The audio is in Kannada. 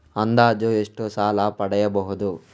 ಅಂದಾಜು ಎಷ್ಟು ಸಾಲ ಪಡೆಯಬಹುದು?